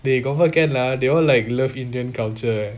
then you confirm can lah they all like love indian culture eh